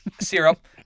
syrup